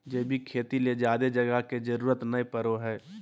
जैविक खेती ले ज्यादे जगह के जरूरत नय पड़ो हय